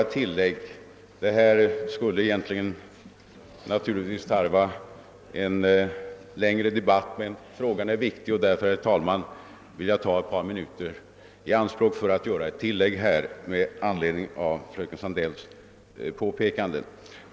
Detta ämne skulle naturligtvis egentligen tarva en längre debatt — frå gan är viktig, och därför, herr talman, vill jag ta ett par minuter i anspråk för att göra ett tillägg med anledning av fröken Sandells påpekanden.